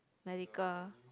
medical